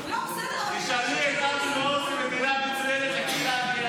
למה את זה את לא שואלת, טלי?